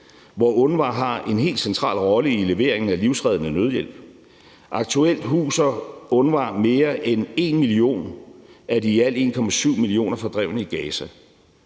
hvor UNRWA har en helt central rolle i leveringen af livsreddende nødhjælp. Aktuelt huser UNRWA mere end 1 million af de i alt 1,7 millioner fordrevne i Gaza.